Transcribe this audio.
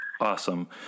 Awesome